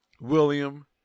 William